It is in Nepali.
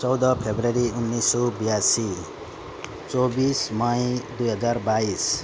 चौध फरवरी उन्नाइस सय ब्यासी चौबिस मई दुई हजार बाइस